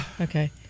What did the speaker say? Okay